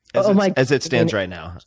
um like as it stands right now?